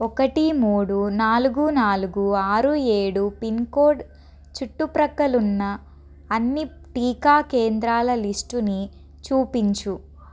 ఒకటి మూడు నాలుగు నాలుగు ఆరు ఏడు పిన్కోడ్ చుట్టుప్రక్కలున్న అన్ని టీకా కేంద్రాల లిస్టుని చూపించు